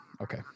Okay